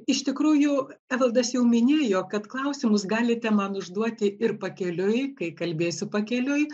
iš tikrųjų evaldas jau minėjo kad klausimus galite man užduoti ir pakeliui kai kalbėsiu pakeliui